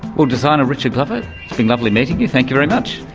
well, designer richard glover, it's been lovely meeting you. thank you very much.